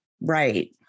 right